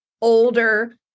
older